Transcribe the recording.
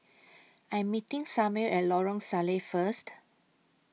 I'm meeting Samir At Lorong Salleh First